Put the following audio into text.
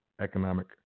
economic